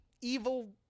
evil